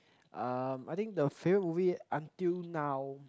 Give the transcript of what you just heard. um I think the favourite movie until now